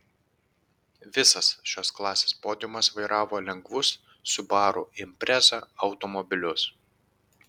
visas šios klasės podiumas vairavo lengvus subaru impreza automobilius